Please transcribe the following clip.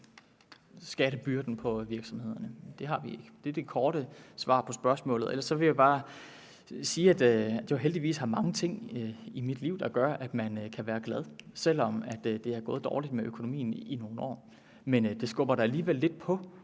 skattebyrden på virksomhederne, det har vi ikke. Det er det korte svar på spørgsmålet. Ellers vil jeg bare sige, at der heldigvis er mange ting i mit liv, der gør, at jeg kan være glad, selv om det er gået dårligt med økonomien i nogle år. Men det skubber da alligevel lidt på